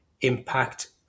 impact